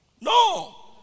No